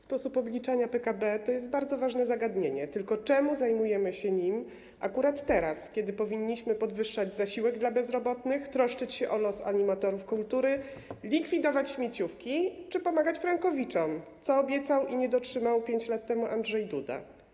Sposób obliczania PKB to jest bardzo ważne zagadnienie, tylko dlaczego zajmujemy się tym akurat teraz, kiedy powinniśmy podwyższać zasiłek dla bezrobotnych, troszczyć się o los animatorów kultury, likwidować śmieciówki czy pomagać frankowiczom, co obiecał 5 lat temu, a czego nie dotrzymał, Andrzej Duda.